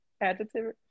adjective